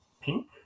pink